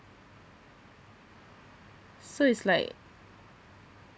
so it's like